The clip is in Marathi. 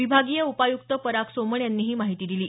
विभागीय उपायुक्त पराग सोमण यांनी ही माहिती दिली